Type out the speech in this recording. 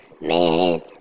Man